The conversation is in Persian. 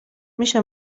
میشه